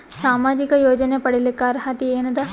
ಸಾಮಾಜಿಕ ಯೋಜನೆ ಪಡಿಲಿಕ್ಕ ಅರ್ಹತಿ ಎನದ?